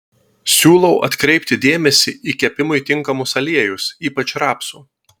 siūlau atkreipti dėmesį į kepimui tinkamus aliejus ypač rapsų